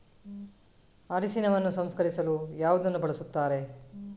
ಅರಿಶಿನವನ್ನು ಸಂಸ್ಕರಿಸಲು ಯಾವುದನ್ನು ಬಳಸುತ್ತಾರೆ?